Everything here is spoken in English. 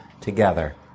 together